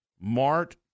Mart